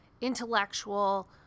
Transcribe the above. intellectual